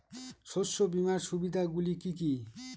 শস্য বীমার সুবিধা গুলি কি কি?